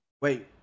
Wait